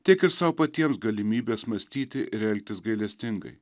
tiek ir sau patiems galimybės mąstyti ir elgtis gailestingai